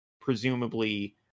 presumably